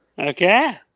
Okay